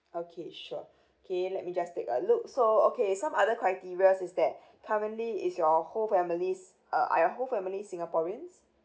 okay sure okay let me just take a look so okay some other criterias is that currently is your whole families uh are your whole family singaporeans